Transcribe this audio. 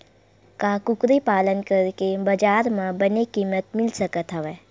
का कुकरी पालन करके बजार म बने किमत मिल सकत हवय?